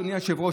אדוני היושב-ראש,